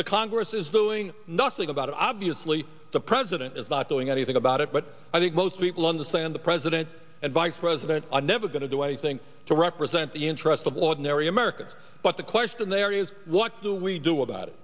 the congress is doing nothing about it obviously the president is not doing anything about it but i think most people understand the president and vice president are never going to do anything to represent the interests of ordinary americans but the question there is what do we do about it